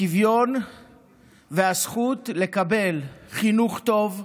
השוויון והזכות לקבל חינוך טוב,